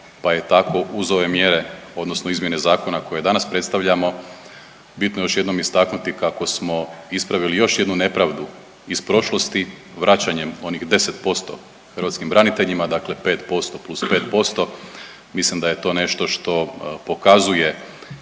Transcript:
pa je tako uz ove mjere, odnosno izmjene zakona koje danas predstavljamo bitno je još jednom istaknuti kako smo ispravili još jednu nepravdu iz prošlosti vraćanjem onih 10% hrvatskim braniteljima. Dakle, 5% plus 5%. Mislim da je to nešto što pokazuje